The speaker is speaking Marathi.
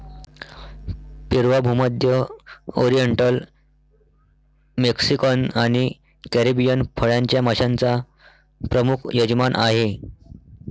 पेरू हा भूमध्य, ओरिएंटल, मेक्सिकन आणि कॅरिबियन फळांच्या माश्यांचा प्रमुख यजमान आहे